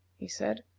he said.